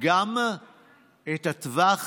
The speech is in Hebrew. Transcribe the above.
גם את הטווח